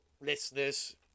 listeners